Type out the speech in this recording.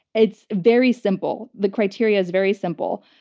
it's very simple. the criteria is very simple.